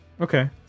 Okay